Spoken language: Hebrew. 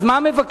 אז מה מבקשים?